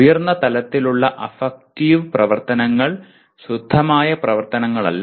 ഉയർന്ന തലത്തിലുള്ള അഫക്റ്റീവ് പ്രവർത്തനങ്ങൾ ശുദ്ധമായ പ്രവർത്തനങ്ങളല്ല